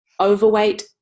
overweight